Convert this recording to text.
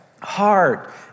heart